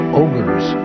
ogres